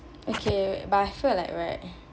okay but I feel like right